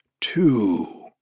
two